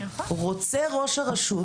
רוצה ראש הרשות,